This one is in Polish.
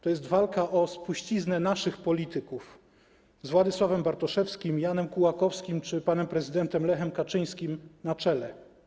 To jest walka o spuściznę naszych polityków: z Władysławem Bartoszewskim, Janem Kułakowskim czy panem prezydentem Lechem Kaczyńskim na czele.